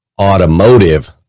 automotive